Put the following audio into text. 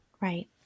Right